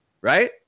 right